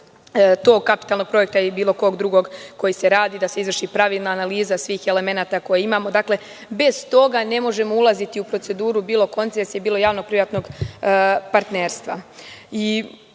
tog kapitalnog projekta ili bilo kog drugog koji se radi, da se izvrši pravilna analiza svih elemenata koje imamo. Bez toga ne možemo ulaziti u proceduru bilo koncesije, bilo javnog privatnog partnerstva. Volela